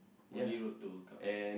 only road to World Cup